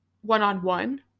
one-on-one